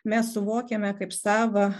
mes suvokiame kaip savą